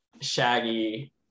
Shaggy